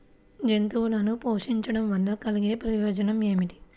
జంతువులను పోషించడం వల్ల కలిగే ప్రయోజనం ఏమిటీ?